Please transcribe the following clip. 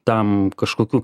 tam kažkokių